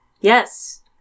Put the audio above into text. Yes